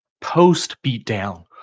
post-beatdown